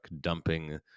dumping